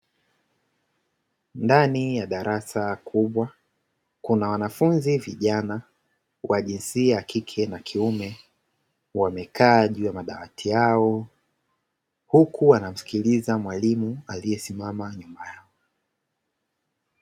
Ndani ya darasa kubwa kuna wanafunzi vijana wa jinsia ya kike na kiume wamekaa juu ya madawati yao, huku wanamsikiliza mwalimu aliyesimama nyuma yao.